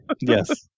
Yes